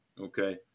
Okay